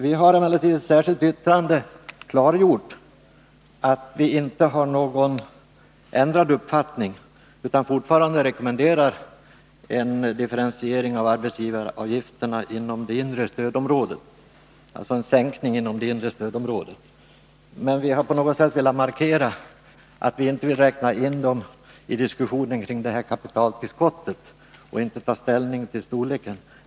Vi har emellertid i ett särskilt yttrande klargjort att vi inte har någon ändrad uppfattning utan fortfarande rekommenderar en differentiering av arbetsgivaravgifterna, dvs. en sänkning, inom det inre stödområdet. Vi har på något sätt velat markera att vi inte vill räkna in dem vid diskussionen om kapitaltillskottet och inte ta ställning till storleken.